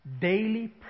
daily